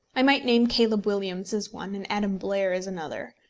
i might name caleb williams as one and adam blair as another.